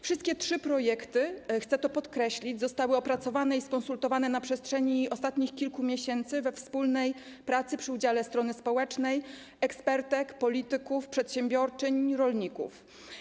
Wszystkie trzy projekty, chcę to podkreślić, zostały opracowane i skonsultowane na przestrzeni ostatnich kilku miesięcy we wspólnej pracy przy udziale strony społecznej, ekspertek, polityków, przedsiębiorczyń, rolników.